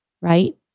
right